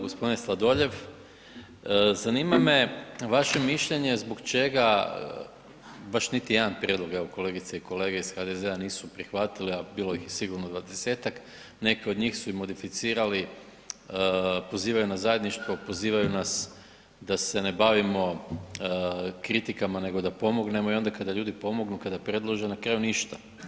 Gospodine Sladoljev, zanima me vaše mišljenje zbog čega baš niti jedan prijedlog, evo kolegice i kolege iz HDZ-a nisu prihvatile, a bilo ih je sigurno 20-tak, neke od njih su i modificirali, pozivaju na zajedništvo, pozivaju nas da se ne bavimo kritikama nego da pomognemo i onda kada ljudi pomognu, kada predlože na kraju ništa.